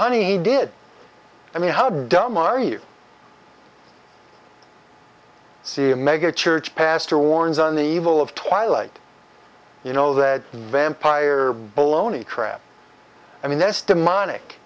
honey he did i mean how dumb are you see a mega church pastor warns on the evil of twilight you know that vampire baloney crap i mean that's demonic